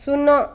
ଶୂନ